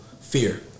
fear